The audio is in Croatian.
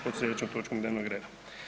pod sljedećom točkom dnevnog reda.